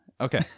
Okay